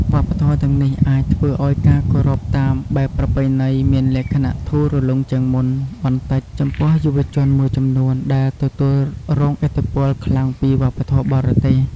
វប្បធម៌ទាំងនេះអាចធ្វើឲ្យការគោរពតាមបែបប្រពៃណីមានលក្ខណៈធូររលុងជាងមុនបន្តិចចំពោះយុវជនមួយចំនួនដែលទទួលរងឥទ្ធិពលខ្លាំងពីវប្បធម៌បរទេស។